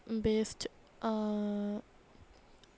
best